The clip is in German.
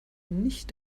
nicht